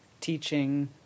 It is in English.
teaching